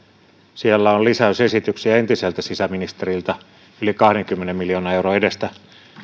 siellä on lisäysesityksiä entiseltä sisäministeriltä yli kahdenkymmenen miljoonan euron edestä